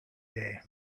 day